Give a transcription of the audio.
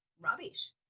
rubbish